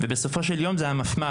ובסופו של יום אלה המפמ"רים.